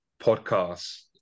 podcasts